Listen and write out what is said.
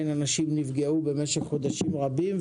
למרות זאת אנשים נפגעו במשך חודשים רבים.